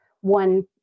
one